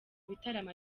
bitaramo